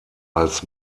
als